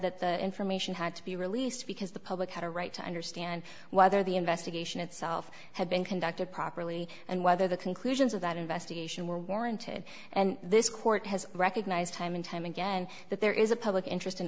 that the information had to be released because the public had a right to understand whether the investigation itself had been conducted properly and whether the conclusions of that investigation were warranted and this court has recognized time and time again that there is a public interest in